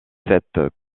cette